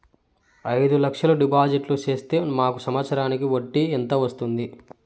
అయిదు లక్షలు డిపాజిట్లు సేస్తే మాకు సంవత్సరానికి వడ్డీ ఎంత వస్తుంది?